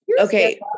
okay